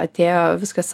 atėjo viskas